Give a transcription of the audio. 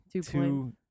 two